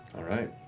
all right.